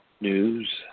news